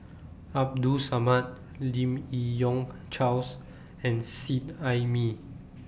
Abdul Samad Lim Yi Yong Charles and Seet Ai Mee